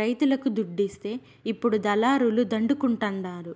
రైతులకు దుడ్డిస్తే ఇప్పుడు దళారుల దండుకుంటండారు